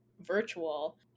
virtual